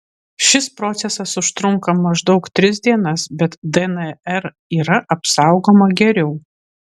šis procesas užtrunka maždaug tris dienas bet dnr yra apsaugoma geriau